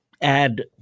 add